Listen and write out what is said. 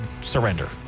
surrender